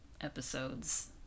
episodes